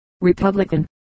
Republican